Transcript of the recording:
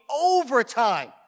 overtime